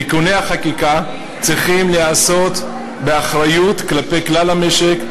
תיקוני החקיקה צריכים להיעשות באחריות כלפי כלל המשק,